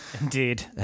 Indeed